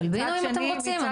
תלבינו אם אתם רוצים.